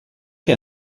che